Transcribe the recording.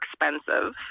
expensive